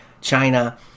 China